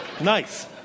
Nice